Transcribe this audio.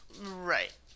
Right